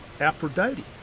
Aphrodite